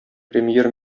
премьер